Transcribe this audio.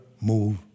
move